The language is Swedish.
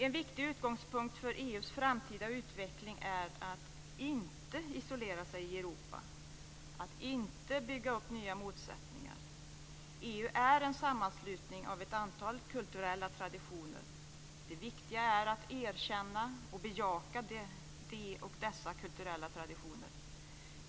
En viktig utgångspunkt för EU:s framtida utveckling är att inte isolera sig i Europa och att inte bygga upp nya motsättningar. EU är en sammanslutning av ett antal kulturella traditioner. Det är viktigt att erkänna och bejaka dessa kulturella traditioner.